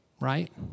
right